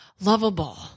lovable